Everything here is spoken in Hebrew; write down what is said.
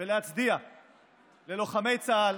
ולהצדיע ללוחמי צה"ל,